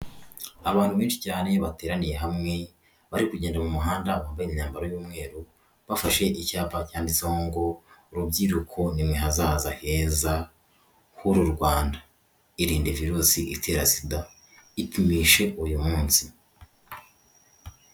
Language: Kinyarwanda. Abantu benshi cyane bateraniye hamwe bari kugenda mu muhanda bambaye imyambaro y'umweru, bafashe icyapa cyanditseho ngo urubyiruko ni mwe hazaza heza h'uru Rwanda. Irinde virusi itera sida, ipimishe uyu munsi.